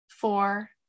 four